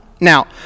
Now